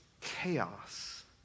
chaos